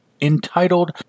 entitled